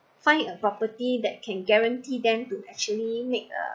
find a property that can guarantee them to actually make a